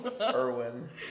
Erwin